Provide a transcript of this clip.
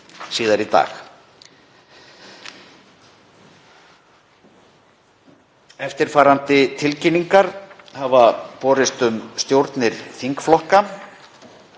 SPEECH_BEGIN Eftirfarandi tilkynningar hafa borist um stjórnir þingflokka: